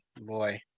boy